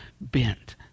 bent